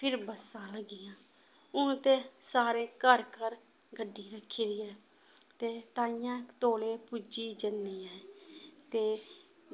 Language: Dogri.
फिर बस्सां लग्गियां हून ते सारे घर घर गड्डी रक्खी दी ऐ ते ताइयें तौले पुज्जी जन्ने आं ते